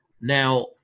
now